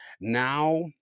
Now